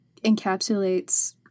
encapsulates